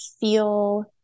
feel